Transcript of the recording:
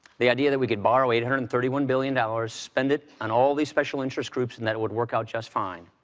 the idea that we could borrow eight hundred and thirty one billion dollars, spend it on all these special interest groups and that it would work out just fine,